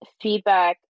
feedback